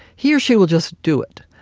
he or she will just do it.